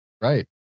right